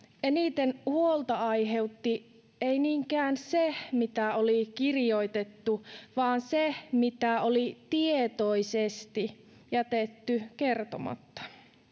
eniten huolta aiheutti ei niinkään se mitä oli kirjoitettu vaan se mitä oli tietoisesti jätetty kertomatta